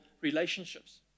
relationships